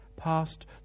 past